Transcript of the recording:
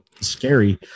scary